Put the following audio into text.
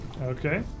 Okay